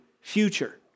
future